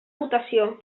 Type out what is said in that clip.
votació